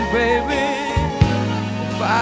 baby